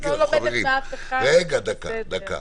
אני לא לומדת מאף אחד, הכול בסדר.